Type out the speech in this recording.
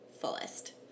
fullest